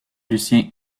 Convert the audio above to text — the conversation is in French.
lucien